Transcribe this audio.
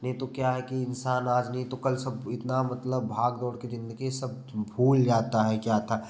नहीं तो क्या है कि इंसान आज नहीं तो कल सब इतना मतलब भाग दौड़ की जिंदगी सब भूल जाता हैं क्या था